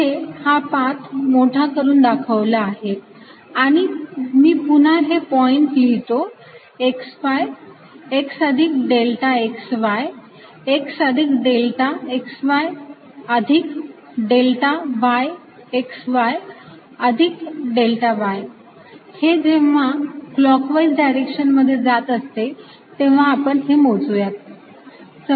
इथे हा पाथ मोठा करून दाखवला आहे आणि मी पुन्हा हे पॉईंट लिहितो xy x अधिक डेल्टा xy x अधिक डेल्टा xy अधिक डेल्टाy xy अधिक डेल्टा y हे जेव्हा क्लॉकवाईज डायरेक्शन मध्ये जात असते तेव्हा आपण हे मोजूयात